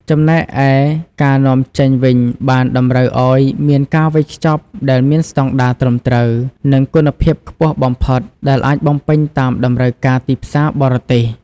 ចំណែកឯការនាំចេញវិញបានតម្រូវឲ្យមានការវេចខ្ចប់ដែលមានស្តង់ដារត្រឹមត្រូវ និងគុណភាពខ្ពស់បំផុតដែលអាចបំពេញតាមតម្រូវការទីផ្សារបរទេស។